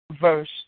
Verse